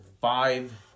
five